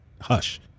hush